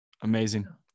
amazing